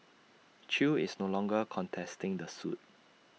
chew is no longer contesting the suit